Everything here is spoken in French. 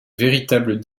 véritables